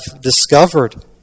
discovered